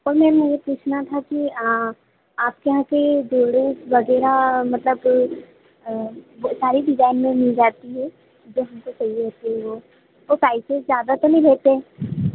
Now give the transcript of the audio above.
और मैम ये पूछना था कि आपके यहाँ की जूलरीस वगेरह मतलब सारी डिजाइन में मिल जाती है जो हमको चाहिए होती है वो प्राइसेस ज्यादा तो नहीं लेते